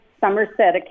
Somerset